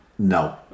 No